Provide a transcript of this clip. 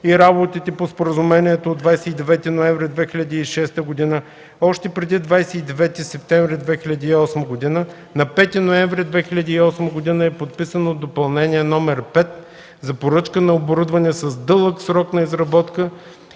и работите по Споразумението от 29 ноември 2006 г., още преди 29 септември 2008 г. - на 5 ноември 2008 г. е подписано Допълнение № 5 за поръчка на оборудване с дълъг срок на изработка,